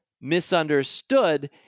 misunderstood